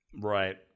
Right